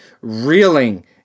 reeling